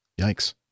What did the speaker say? Yikes